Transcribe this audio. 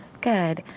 good.